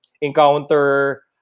encounter